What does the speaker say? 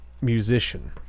musician